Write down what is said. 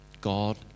God